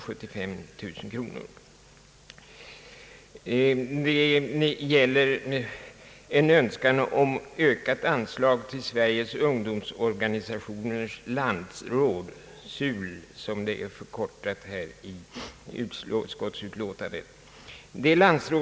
Det gäller en önskan om ett ökat anslag till Sveriges ungdomsorganisationers landsråd SUL, som det förkortas i utskottsutlåtandet.